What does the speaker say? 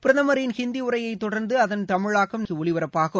பிரதமரின் ஹிந்தி உரையைத் தொடர்ந்து அதன் தமிழாக்கம் ஒலிபரப்பாகும்